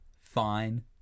Fine